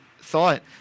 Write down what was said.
thought